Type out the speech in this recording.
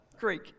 Greek